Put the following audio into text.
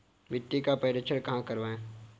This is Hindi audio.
मिट्टी का परीक्षण कहाँ करवाएँ?